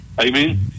Amen